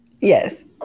Yes